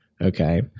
Okay